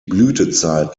blütezeit